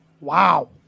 Wow